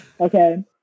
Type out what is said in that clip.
okay